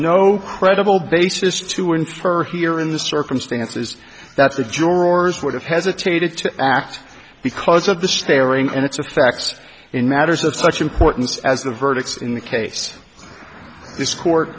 no credible basis to infer here in the circumstances that's the jurors would have hesitated to act because of the staring and it's the facts in matters of such importance as the verdicts in the case this court